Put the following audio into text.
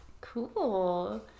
Cool